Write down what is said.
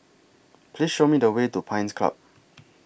Please Show Me The Way to Pines Club